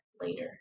later